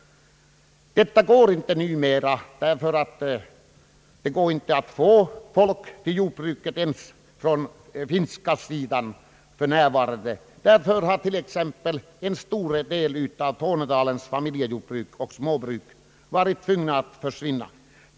Detta går inte numera; man kan för närvarande inte få hjälp i jordbruket ens från den finska sidan. Därför har en stor del av t.ex. Tornedalens familjejordbruk och småbruk försvunnit.